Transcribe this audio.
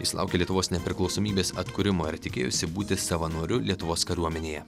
jis laukė lietuvos nepriklausomybės atkūrimo ir tikėjosi būti savanoriu lietuvos kariuomenėje